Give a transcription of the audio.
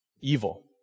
evil